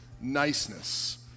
niceness